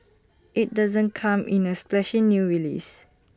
IT doesn't come in A splashy new release